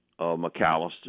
McAllister